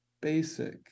basic